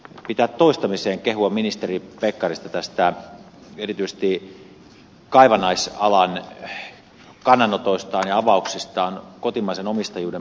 pitää toistamiseen kehua ministeri pekkarista erityisesti näistä hänen kaivannaisalan kannanotoistaan ja avauksistaan kotimaisen omistajuuden puolesta